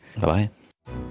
Bye-bye